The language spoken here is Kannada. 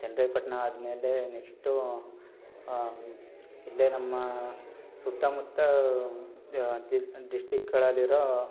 ಚನ್ನರಾಯ್ಪಟ್ನ ಆದಮೇಲೆ ನೆಕ್ಸ್ಟು ಇಲ್ಲೇ ನಮ್ಮ ಸುತ್ತಮುತ್ತ ದಿ ಡಿಸ್ಟ್ರಿಕ್ಗಳಲ್ಲಿರೋ